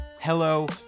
hello